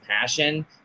passion